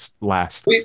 last